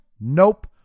Nope